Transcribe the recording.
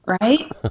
right